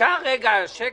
אפשר רגע שקט?